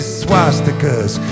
swastikas